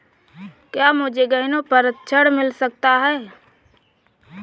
क्या मुझे गहनों पर ऋण मिल सकता है?